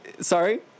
sorry